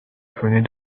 venait